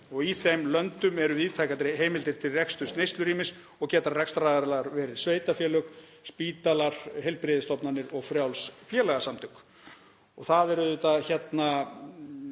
og í þeim löndum eru víðtækari heimildir til reksturs neyslurýmis og geta rekstraraðilar verið sveitarfélög, spítalar, heilbrigðisstofnanir og frjáls félagasamtök. Það er auðvitað